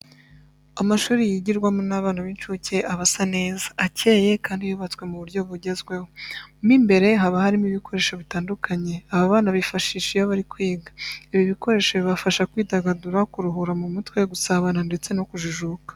Amashuri yigirwamo n'abana b'incuke aba asa neza, acyeye kandi yubatswe mu buryo bugezweho. Mo imbere haba harimo ibikoresho bitandukanye aba bana bifashisha iyo bari kwiga. Ibi bikoresho bibafasha kwidagadura, kuruhura mu mutwe, gusabana ndetse no kujijuka.